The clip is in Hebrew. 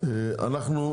לקיים את הישיבה.